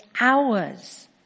hours